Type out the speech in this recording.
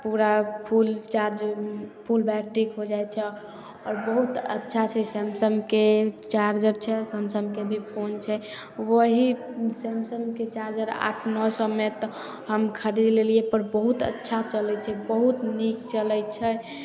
ओकरा full charge full बैट्रीक हो जाइ तऽ आओर बहुत अच्छा छै सैमसंगके चार्जर छै सैमसंगके भी फोन छै वही सैमसंगके चार्जर आठ नओ सएमे तऽ हम खरीद लेलियै पर बहुत अच्छा चलै छै बहुत नीक चलै छै